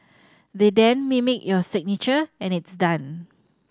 they then mimic your signature and it's done